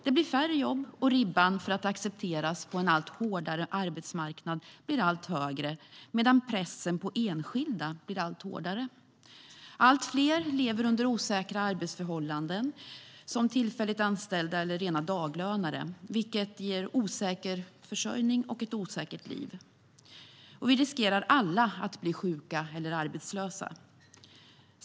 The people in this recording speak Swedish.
Det blir färre jobb, och ribban för att accepteras på en allt hårdare arbetsmarknad ligger allt högre, medan pressen på enskilda blir allt hårdare. Allt fler lever under osäkra arbetsförhållanden som tillfälligt anställda eller rena daglönare, vilket ger en osäker försörjning och ett osäkert liv. Vi riskerar alla att bli sjuka eller arbetslösa.